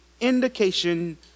indication